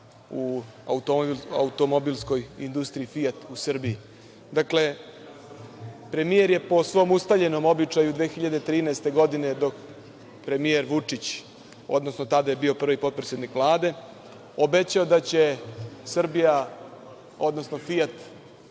u automobilskoj industriji „Fijat“ u Srbiji. Premijer je po svom ustaljenom običaju 2013. godine, premijer Vučić, odnosno tada je bio prvi potpredsednik Vlade, obećao da će Srbija odnosno „Fijat“